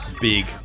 big